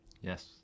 Yes